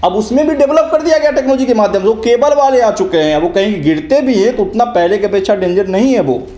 अब उसमें भी डेबलौप कर दिया गया टेक्नोलॉजी के माध्यम से वह केबल वाले आ चुके हैं अब वह कहीं गिरते भी हैं उतना पहले की अपेक्षा डेंजर नहीं है वे